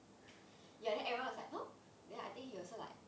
ya then everyone was like !huh! then I think he also like